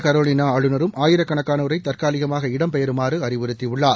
Carolina ஆளுநரும் ஆயிரக்கணக்கானோரை தற்காலிகமாக இடம்பெயறுமாறு வட அறிவுறுத்தியுள்ளார்